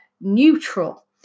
neutral